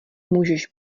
můžeš